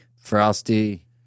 Frosty